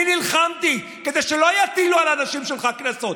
אני נלחמתי כדי שלא יטילו על האנשים שלך קנסות.